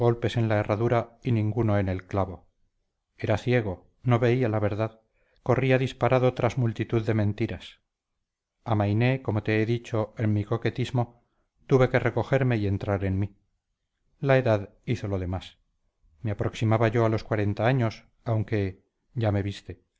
en la herradura y ninguno en el clavo era ciego no veía la verdad corría disparado tras multitud de mentiras amainé como te he dicho en mi coquetismo tuve que recogerme y entrar en mí la edad hizo lo demás me aproximaba yo a los cuarenta años aunque ya me viste